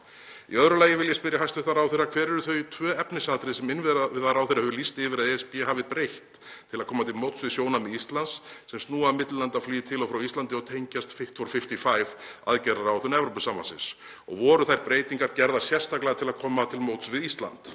Í öðru lagi vil ég spyrja hæstv. ráðherra: Hver eru þau tvö efnisatriði sem innviðaráðherra hefur lýst yfir að ESB hafi breytt til að koma til móts við sjónarmið Íslands sem snúa að millilandaflugi til og frá Íslandi og tengjast „Fit for 55“ aðgerðaáætlun Evrópusambandsins og voru þær breytingar gerðar sérstaklega til að koma til móts við Ísland?